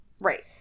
right